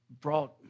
brought